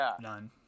none